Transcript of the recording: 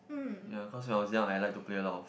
ya cause when I was young I like to play a lot of